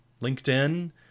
LinkedIn